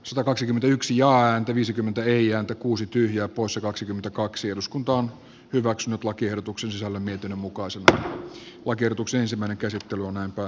satakaksikymmentäyksi jaa ääntä viisikymmentä ei ääntä kuusi tyhjää poissa timo kalli on markku rossin kannattamana ehdottanut että lakiehdotuksen liitteenä oleva verotaulukko hyväksytään vastalauseen mukaisena